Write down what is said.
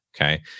okay